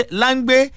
langbe